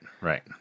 Right